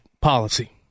policy